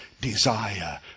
desire